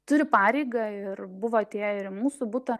turi pareigą ir buvo atėję ir į mūsų butą